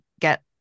get